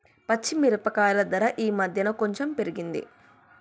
పచ్చి మిరపకాయల ధర ఈ మధ్యన కొంచెం పెరిగింది